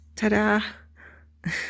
Ta-da